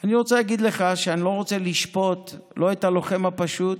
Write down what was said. אני רוצה להגיד לך שאני לא רוצה לשפוט לא את הלוחם הפשוט